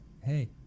Hey